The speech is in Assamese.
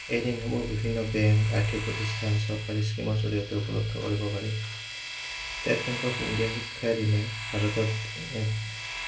এই ঋণসমূহ বিভিন্ন বেংক আৰ্থিক প্ৰতিষ্ঠান চৰকাৰী স্কিমৰ জৰি়য়তে উপলব্ধ কৰিব পাৰি ষ্টেট বেংক অফ ইণ্ডিয়া শিক্ষা ঋণে ভাৰতত এক